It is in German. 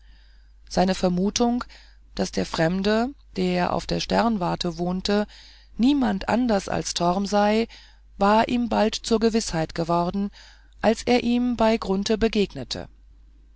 seine vermutung daß der fremde der auf der sternwarte wohnte niemand anders wie torm sei war ihm bald zur gewißheit geworden als er ihm bei grunthe begegnete